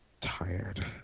tired